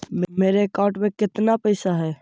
मेरे अकाउंट में केतना पैसा है?